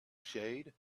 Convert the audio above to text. shade